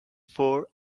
fore